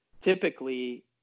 typically